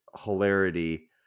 hilarity